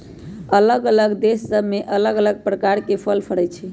अल्लग अल्लग देश सभ में अल्लग अल्लग प्रकार के फल फरइ छइ